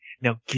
Now